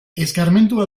eskarmentua